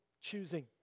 choosing